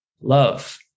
love